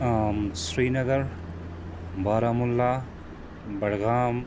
Srinagar Baramulla Budgam